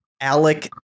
Alec